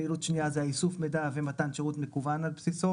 פעילות שניה זה האיסוף מידע ומתן שירות מקוון על בסיסו